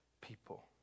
people